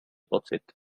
pocit